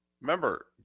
remember